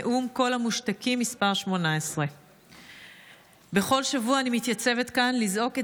נאום קול המושתקים מס' 18. בכל שבוע אני מתייצבת כאן לזעוק את